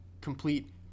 complete